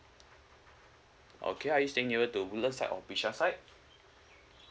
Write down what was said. okay are you staying nearer to woodlands side or bishan side